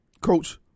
coach